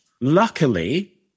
Luckily